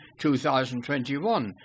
2021